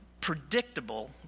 predictable